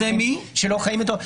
שלא חיים איתו.